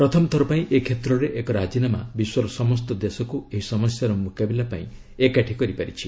ପ୍ରଥମଥର ପାଇଁ ଏ କ୍ଷେତ୍ରରେ ଏକ ରାଜିନାମା ବିଶ୍ୱର ସମସ୍ତ ଦେଶକୁ ଏହି ସମସ୍ୟାର ମୁକାବିଲା ପାଇଁ ଏକାଠି କରିପାରିଛି